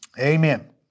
Amen